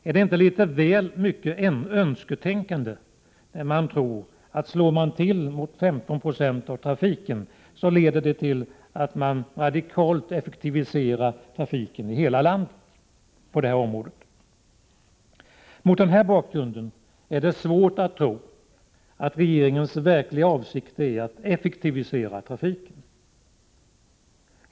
Är det inte litet väl mycket önsketänkande att tro att om man slår till mot 15 96 av trafiken, leder det till att man på detta område radikalt effektiviserar trafiken i hela landet? Mot den bakgrunden är det svårt att tro att regeringens verkliga avsikter är att effektivisera trafiken.